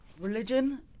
religion